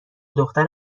دختر